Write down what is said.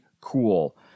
cool